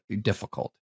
difficult